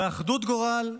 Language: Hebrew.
באחדות גורל ובהתחשבות.